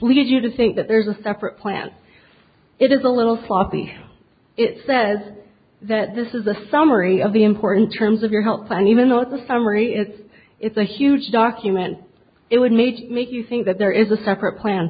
lead you to think that there's a separate plan it is a little sloppy it said that this is a summary of the important terms of your health plan even though it's a summary it's it's a huge document it would need to make you think that there is a separate plan